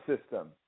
system